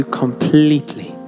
completely